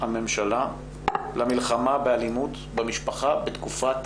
הממשלה למלחמה באלימות במשפחה בתקופת